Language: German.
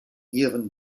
ihren